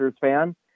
fan